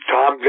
Tom